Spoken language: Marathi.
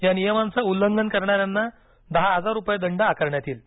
या नियमांचं उल्लंघन करणाऱ्यांना दहा हजार रुपये दंड आकारण्यात येईल